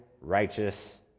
righteous